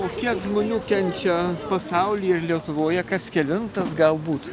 o kiek žmonių kenčia pasauly ir lietuvoje kas kelintas galbūt